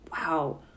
wow